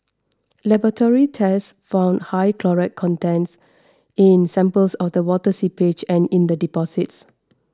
laboratory tests found high chloride content in samples of the water seepage and in the deposits